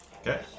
Okay